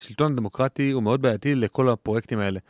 שלטון דמוקרטי הוא מאוד בעייתי לכל הפרויקטים האלה.